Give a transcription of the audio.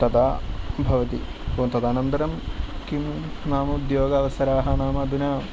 तदा भवति तदनन्तरं किं नाम उद्योगावसरः नाम अधुना